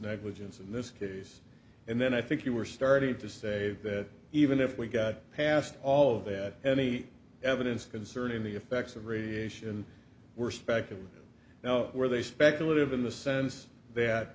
negligence in this case and then i think you were starting to say that even if we got past all of it any evidence concerning the effects of radiation were suspected now were they speculative in the sense that